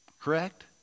correct